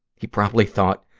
he probably thought,